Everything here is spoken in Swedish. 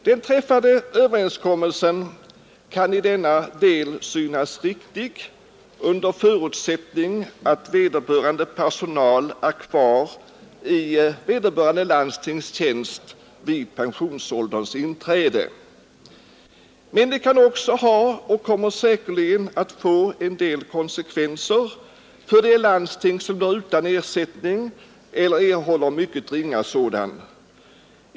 Den träffade överenskommelsen kan i denna del synas riktig, under förutsättning att personalen är kvar i vederbörande landstings tjänst vid pensionsålderns inträde. Men det kan också ha och kommer säkerligen att få en del konsekvenser för de landsting, som blir utan ersättning eller erhåller mycket ringa sådan.